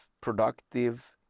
productive